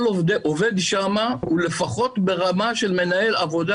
עובד שם הוא לפחות ברמה של מנהל עבודה